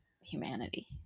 humanity